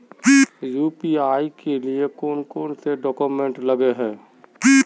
UPI के लिए कौन कौन से डॉक्यूमेंट लगे है?